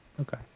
Okay